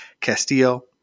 Castillo